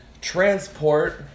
transport